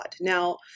Now